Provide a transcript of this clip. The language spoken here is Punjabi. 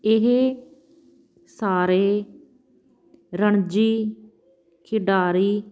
ਇਹ ਸਾਰੇ ਰਣਜੀ ਖਿਡਾਰੀ